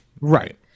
Right